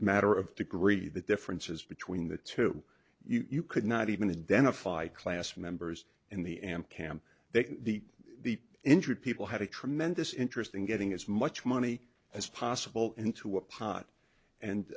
matter of degree the differences between the two you could not even a dent a fight class members in the am camp they keep the injured people have a tremendous interest in getting as much money as possible into a pot and